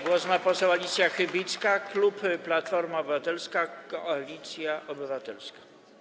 Głos ma poseł Alicja Chybicka, klub Platforma Obywatelska - Koalicja Obywatelska.